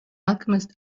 alchemist